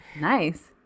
nice